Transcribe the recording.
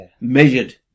Measured